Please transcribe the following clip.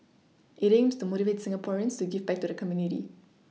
it aims to motivate Singaporeans to give back to the community